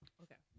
okay